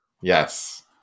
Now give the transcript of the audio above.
yes